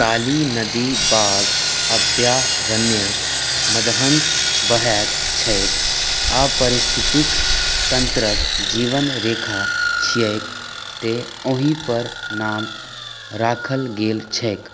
काली नदी बाघ अभयारण्यक मध्यसँ बहैत छैक आ पारिस्थितिक तन्त्रक जीवन रेखा छियैक तैॅं ओहि पर नाम राखल गेल छैक